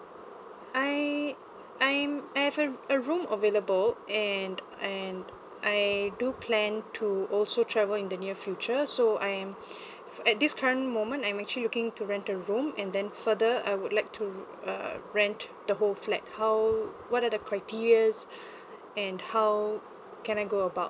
I I am I have a room available and and I do plan to also travel in the near future so I am at this current moment I am actually looking to rent a room and then further I would like to err rent the whole flat how what are the criterias and how can I go about